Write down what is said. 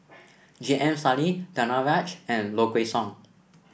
J M Sali Danaraj and Low Kway Song